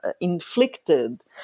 inflicted